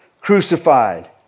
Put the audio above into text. crucified